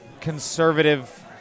conservative